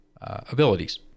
abilities